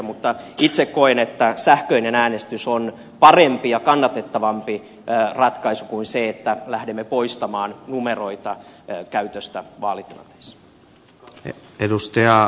mutta itse koen että sähköinen äänestys on parempi ja kannatettavampi ratkaisu kuin se että lähdemme poistamaan numeroita käytöstä vaalitilanteessa